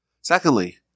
Secondly